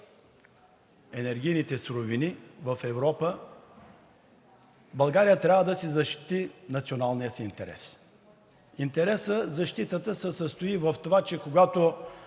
енергийните суровини в Европа, България трябва да защити националния си интерес. Защитата се състои в това, че когато